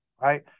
right